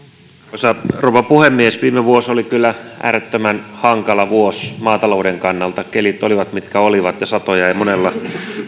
arvoisa rouva puhemies viime vuosi oli kyllä äärettömän hankala vuosi maatalouden kannalta kelit olivat mitkä olivat ja sato jäi monella